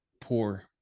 poor